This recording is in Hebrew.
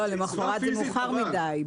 למוחרת זה מאוחר מדי.